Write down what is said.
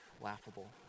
laughable